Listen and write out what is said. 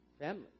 family